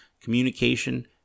communication